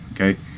okay